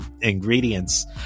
ingredients